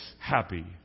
happy